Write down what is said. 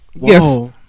Yes